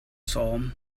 sawm